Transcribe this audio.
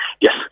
Yes